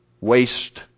waste